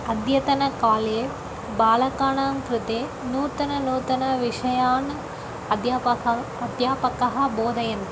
अद्यतनकाले बालकानां कृते नूतननूतनविषयान् अद्यापकः अद्यापकः बोधयति